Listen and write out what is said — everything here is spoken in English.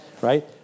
right